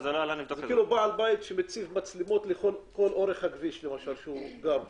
זה כאילו בעל בית שמציב מצלמות לאורך הכביש שהוא גר בו.